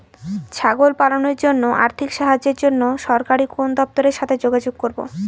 ছাগল পালনের জন্য আর্থিক সাহায্যের জন্য সরকারি কোন দপ্তরের সাথে যোগাযোগ করব?